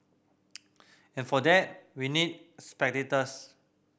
and for that we need spectators